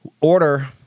order